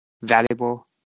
valuable